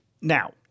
Now